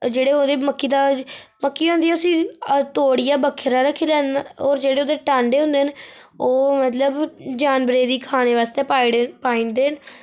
जेह्ड़े ओह्दे मक्की दा मक्की होंदी ऐ उसी तोड़ियै बक्खरा रक्खी लैंदे और जेह्ड़े ते टांह्डे होंदे न ओह् मतलब जानवरें दी खाने आस्तै पाए पाए दे न